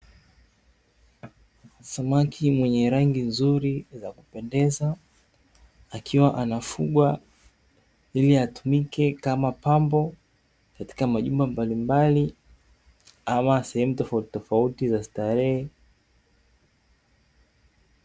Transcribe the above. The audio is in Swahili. Samaki mwenye rangi nzuri za kupendeza akiwa anafugwa ili atumike kama pambo katika majumba mbalimbali, ama sehemu tofautitofauti za starehe.